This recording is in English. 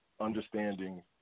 understanding